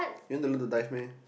you want to learn to dive meh